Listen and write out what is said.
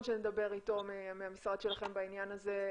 שנדבר איתו מהמשרד שלכם בעניין הזה,